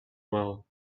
well